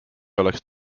oleks